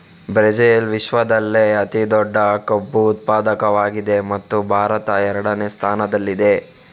Brazil ವಿಶ್ವದಲ್ಲೇ ಅತಿ ದೊಡ್ಡ ಕಬ್ಬು ಉತ್ಪಾದಕವಾಗಿದೆ ಮತ್ತು ಭಾರತ ಎರಡನೇ ಸ್ಥಾನದಲ್ಲಿದೆ